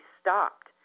stopped